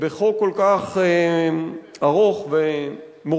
שבחוק כל כך ארוך ומורכב,